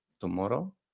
tomorrow